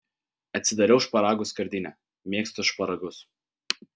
atsidariau šparagų skardinę mėgstu šparagus